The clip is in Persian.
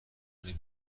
بسیار